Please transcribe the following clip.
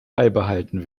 beibehalten